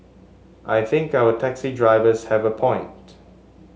I think our taxi drivers have a point